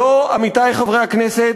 זו, עמיתי חברי הכנסת,